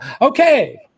Okay